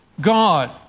God